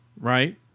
right